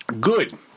good